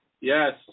Yes